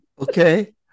Okay